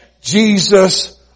Jesus